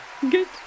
Good